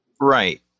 right